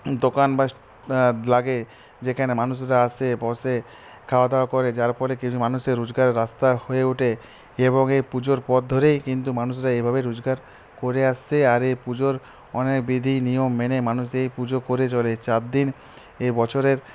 দোকান বা লাগে যেখানে মানুষরা আসে বসে খাওয়াদাওয়া করে যার ফলে কিছু মানুষের রোজগারের রাস্তা হয়ে ওঠে এবং এই পুজোর পথ ধরেই কিন্তু মানুষরা এইভাবে রোজগার করে আসছে আর এই পুজোর অনেক বিধি নিয়ম মেনে মানুষ এই পুজো করে চলে চারদিন এবছরের